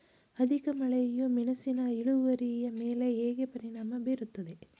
ಅಧಿಕ ಮಳೆಯು ಮೆಣಸಿನ ಇಳುವರಿಯ ಮೇಲೆ ಹೇಗೆ ಪರಿಣಾಮ ಬೀರುತ್ತದೆ?